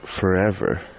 forever